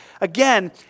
again